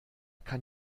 kann